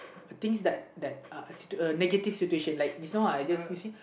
things that that uh negative situation like just now uh just you see